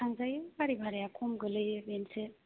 थांजायो गारि भाराया खम गोलैयो बेनोसो